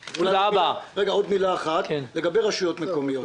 עוד מילה אחת לגבי רשויות מקומיות.